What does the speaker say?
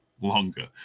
longer